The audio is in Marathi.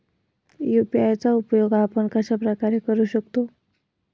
यू.पी.आय चा उपयोग आपण कशाप्रकारे करु शकतो?